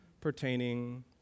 pertaining